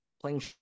playing